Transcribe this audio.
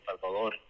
Salvador